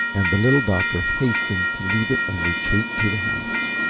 and the little doctor hastened to leave it and retreat to the house.